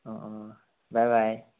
অ অ বাই বাই